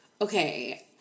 Okay